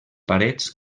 parets